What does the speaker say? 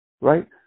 right